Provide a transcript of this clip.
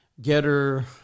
Getter